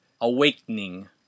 Awakening